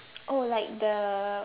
oh like the